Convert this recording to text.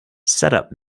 setup